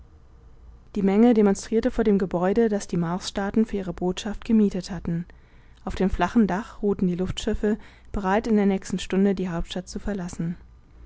die menge demonstrierte vor dem gebäude das die marsstaaten für ihre botschaft gemietet hatten auf dem flachen dach ruhten die luftschiffe bereit in der nächsten stunde die hauptstadt zu verlassen